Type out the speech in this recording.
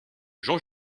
jean